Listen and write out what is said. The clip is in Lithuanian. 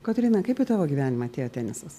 kotryna kaip į tavo gyvenimą atėjo tenisas